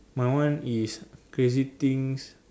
my one is crazy things